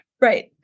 Right